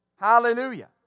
Hallelujah